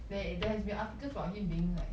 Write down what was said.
there there has been articles about him being like